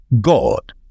God